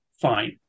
fine